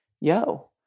yo